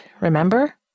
remember